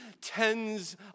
tens